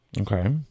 Okay